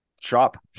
shop